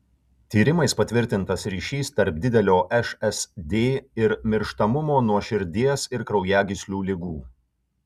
tyrimais patvirtintas ryšis tarp didelio šsd ir mirštamumo nuo širdies ir kraujagyslių ligų